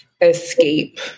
escape